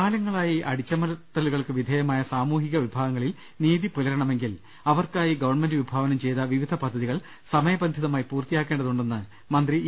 കാലങ്ങളായി അടിച്ചമർത്തലുകൾക്ക് വിധേയമായ സാമൂഹിക വിഭാ ഗങ്ങളിൽ നീതിപുലരണമെങ്കിൽ അവർക്കായി ഗവൺമെന്റ് വിഭാവനം ചെയ്ത വിവിധ പദ്ധതികൾ സമയബന്ധിതമായി പൂർത്തിയാക്കേണ്ടതുണ്ടെന്ന് മന്ത്രി ഇ